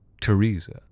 Teresa